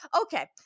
okay